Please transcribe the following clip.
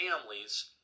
families